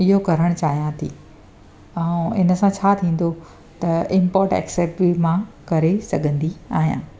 इहो करणु चाहियां थी ऐं हिनसां छा थींदो त इम्पोट एक्सेप बि मां करे सघंदी आहियां